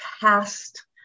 past